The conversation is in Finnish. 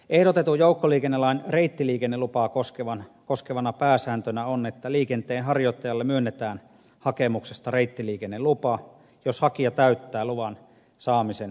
ehdotetun joukkoliikennelain reittiliikennelupaa koskevana pääsääntönä on että liikenteenharjoittajalle myönnetään hakemuksesta reittiliikennelupa jos hakija täyttää luvan saamisen edellytykset